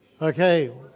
Okay